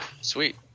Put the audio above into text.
sweet